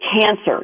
cancer